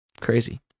crazy